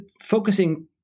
focusing